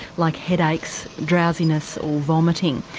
like headaches, drowsiness, or vomiting.